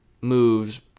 moves